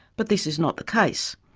but this is not the case.